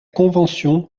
convention